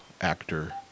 actor